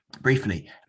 briefly